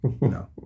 No